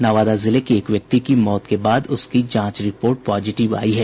नवादा जिले के एक व्यक्ति की मौत के बाद उसकी जांच रिपोर्ट पॉजिटिव आयी है